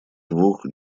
двух